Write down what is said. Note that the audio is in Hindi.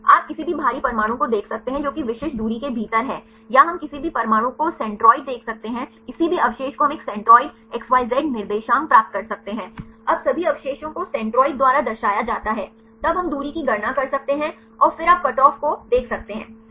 आप किसी भी भारी परमाणु को देख सकते हैं जो कि विशिष्ट दूरी के भीतर हैं या हम किसी भी परमाणु को सेंट्रोइड देख सकते हैं किसी भी अवशेष को हम एक सेंट्रोइड XYZ निर्देशांक प्राप्त कर सकते हैं अब सभी अवशेषों को सेंट्रोइड द्वारा दर्शाया जाता है तब हम दूरी की गणना कर सकते हैं और फिर आप कटऑफ को से देख सकते हैं सही